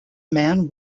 man